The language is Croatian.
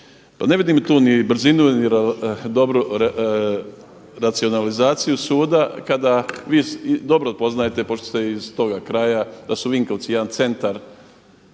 ne vidim tu ni brzinu ni dobru racionalizaciju suda kad vi dobro poznajte pošto ste iz toga kraja, da su Vinkovci jedan centar